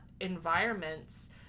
environments